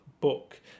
book